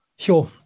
Sure